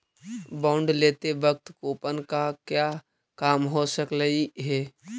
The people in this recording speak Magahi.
बॉन्ड लेते वक्त कूपन का क्या काम हो सकलई हे